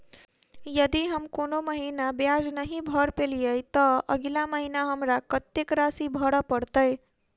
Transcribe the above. यदि हम कोनो महीना ब्याज नहि भर पेलीअइ, तऽ अगिला महीना हमरा कत्तेक राशि भर पड़तय?